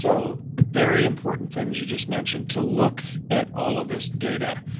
so very important thing that you just mentioned to look at all of this data.